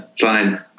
fine